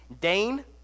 Dane